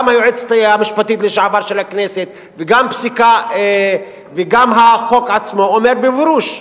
גם היועצת המשפטית לשעבר של הכנסת וגם החוק עצמו אומר מפורשות,